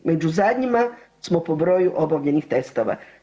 Među zadnjima smo po broju obavljenih testova.